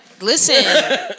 listen